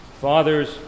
fathers